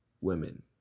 women